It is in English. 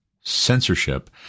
censorship